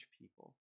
people